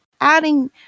adding